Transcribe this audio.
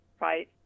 right